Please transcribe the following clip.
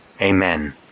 Amen